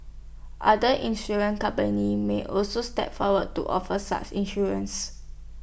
other insurance companies may also step forward to offer such insurance